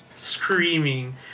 Screaming